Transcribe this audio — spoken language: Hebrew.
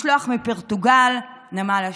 משלוח מפורטוגל, נמל אשדוד.